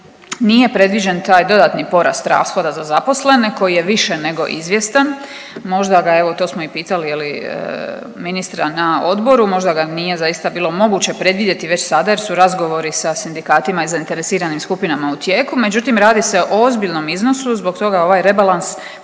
nije predviđen taj dodatni porast rashoda za zaposlene koji je više nego izvjestan, možda ga evo to smo i pitali ministra na odboru. Možda ga nije zaista bilo moguće predvidjeti već sada, jer su razgovori sa sindikatima i zainteresiranim skupinama u tijeku. Međutim, radi se o ozbiljnom iznosu, zbog toga ovaj rebalans